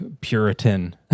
puritan